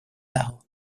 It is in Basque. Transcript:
dago